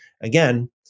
Again